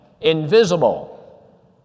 invisible